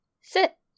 Sit